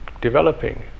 developing